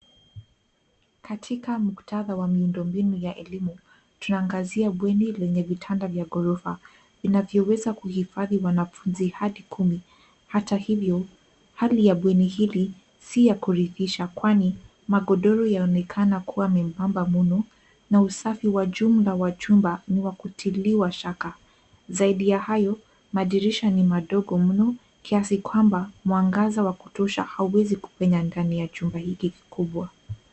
Katika muktadha wa miundombinu ya elimu, tunaangazia bweni lenye vitanda vya ghorofa, vinavyoweza kuhifadhi wanafunzi hadi kumi. Hata hivyo, hali ya bweni hili, si ya kuridhisha, kwani, magodoro yaonekana kuwa miembamba mno na usafi wa jumla wa chumba, ni wa kutiliwa shaka. Zaidi ya hayo, madirisha ni madogo mno, kiasi kwamba ,mwangaza wa kutosha hauwezi kupenya ndani ya chumba hiki kikubwa.